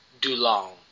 Dulong